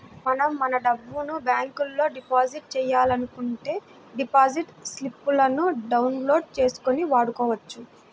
మనం మన డబ్బును బ్యాంకులో డిపాజిట్ చేయాలనుకుంటే డిపాజిట్ స్లిపులను డౌన్ లోడ్ చేసుకొని వాడుకోవచ్చు